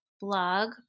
Blog